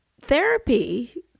therapy